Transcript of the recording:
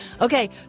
Okay